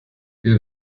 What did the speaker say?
wir